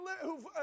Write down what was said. who've